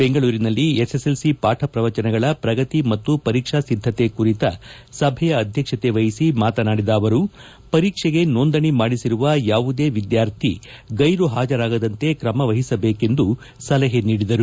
ಬೆಂಗಳೂರಿನಲ್ಲಿ ಎಸ್ಎಸ್ಎಲ್ಸಿ ಪಾಠ ಪ್ರವಚನಗಳ ಪ್ರಗತಿ ಮತ್ತು ಪರೀಕ್ಷಾ ಸಿದ್ಧಕೆ ಕುರಿತ ಸಭೆಯ ಅಧ್ವಕ್ಷಕೆ ವಹಿಸಿ ಮಾತನಾಡಿದ ಅವರು ಪರೀಕ್ಷೆಗೆ ನೊಂದಣಿ ಮಾಡಿಸಿರುವ ಯಾವುದೇ ವಿದ್ಯಾರ್ಥಿಯೂ ಗೈರು ಪಾಜರಾಗದಂತೆ ತ್ರಮ ವಹಿಸಬೇಕೆಂದು ಸಲಹೆ ನೀಡಿದರು